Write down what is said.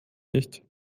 nicht